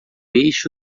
eixo